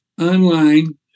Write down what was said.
online